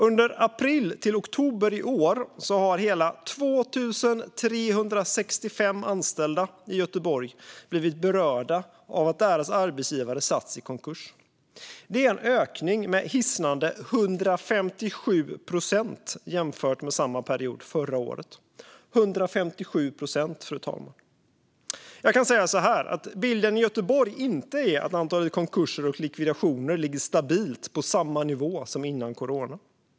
Under april till oktober i år har hela 2 365 anställda i Göteborg blivit berörda av att deras arbetsgivare har satts i konkurs. Det är en ökning med hisnande 157 procent jämfört med samma period förra året - 157 procent, fru talman! Jag kan säga att bilden i Göteborg inte är att antalet konkurser och likvidationer ligger stabilt på samma nivå som innan corona.